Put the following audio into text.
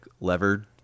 levered